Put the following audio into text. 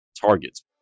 targets